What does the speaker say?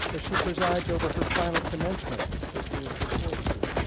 as she presides over her final commencement as dean of the ford school.